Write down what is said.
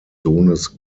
sohnes